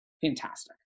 Fantastic